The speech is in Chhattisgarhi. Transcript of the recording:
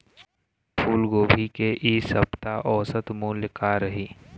फूलगोभी के इ सप्ता औसत मूल्य का रही?